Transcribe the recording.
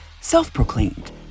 self-proclaimed